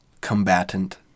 combatant